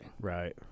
Right